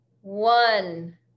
one